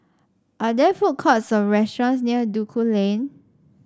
are there food courts or restaurants near Duku Lane